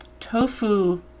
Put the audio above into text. tofu